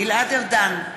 גלעד ארדן,